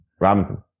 Robinson